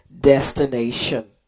destination